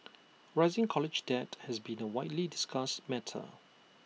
rising college debt has been A widely discussed matter